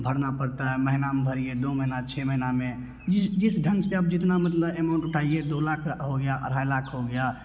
भरना पड़ता है महीना में भरिए दो महीना छे महीना में जिस जिस ढंग से अब जितना मतलब एमाउंट उठाइए दो लाख का हो गया ढाई लाख हो गया